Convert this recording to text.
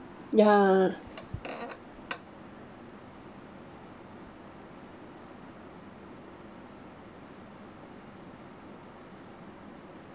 ya um